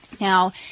Now